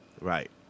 Right